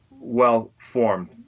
well-formed